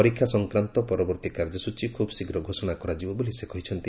ପରୀକ୍ଷା ସଂକ୍ରାନ୍ତ ପରବର୍ତ୍ତୀ କାର୍ଯ୍ୟସୂଚୀ ଖୁବ୍ ଶୀଘ୍ର ଘୋଷଣା କରାଯିବ ବୋଲି ସେ କହିଛନ୍ତି